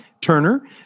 Turner